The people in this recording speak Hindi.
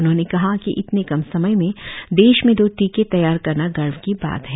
उन्होंने कहा कि इतने कम समय में देश में दो टीके तैयार करना गर्व की बात है